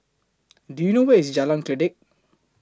Do YOU know Where IS Jalan Kledek